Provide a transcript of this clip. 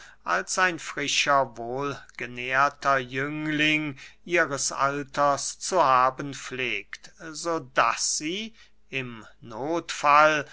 als ein frischer wohlgenährter jüngling ihres alters zu haben pflegt so daß sie im nothfall